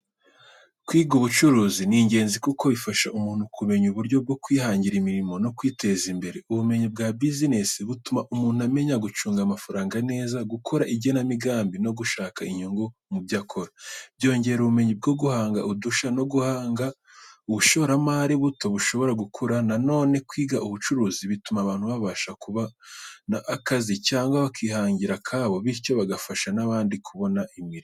Kwiga ubucuruzi ni ingenzi kuko bifasha umuntu kumenya uburyo bwo kwihangira imirimo no kwiteza imbere. Ubumenyi bwa business butuma umuntu amenya gucunga amafaranga neza, gukora igenamigambi no gushaka inyungu mu byo akora. Byongera ubumenyi bwo guhanga udushya no guhanga ubushoramari buto bushobora gukura. Na none, kwiga ubucuruzi bituma abantu babasha kubona akazi cyangwa bakihangira akabo, bityo bagafasha n’abandi kubona imirimo.